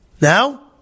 Now